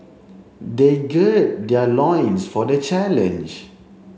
they gird their loins for the challenge